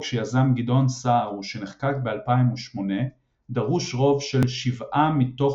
שיזם גדעון סער ושנחקק ב-2008 – דרוש רוב של 7 מ-9